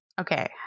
Okay